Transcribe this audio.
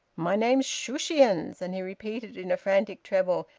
my name's shushions! and he repeated in a frantic treble,